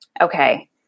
okay